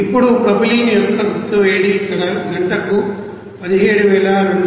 ఇప్పుడు ప్రొపెలీన్ యొక్క గుప్త వేడి ఇక్కడ గంటకు 17229